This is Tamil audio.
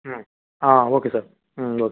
ம் ah okay sir hmm okay